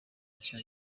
nshya